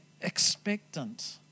expectant